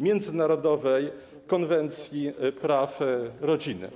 międzynarodowej Konwencji Praw Rodziny.